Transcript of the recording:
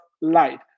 light